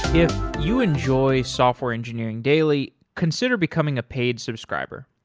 if you enjoy software engineering daily, consider becoming a paid subscriber.